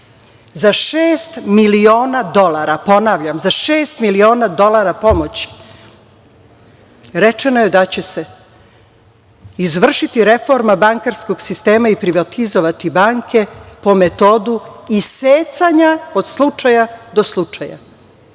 Za šest miliona dolara, ponavljam za šest miliona dolara pomoći, rečeno je da će se izvršiti reforma bankarskog sistema i privatizovati banke po metodu isecanja od slučaja do slučaja.